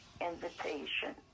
invitation